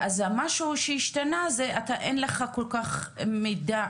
אז המשהו שהשתנה אין לך כל כך מידע,